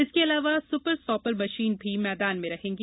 इसके अलावा super sopper मशीने भी मैदान में रहेंगी